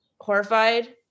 horrified